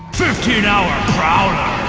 fifteen hour prowler!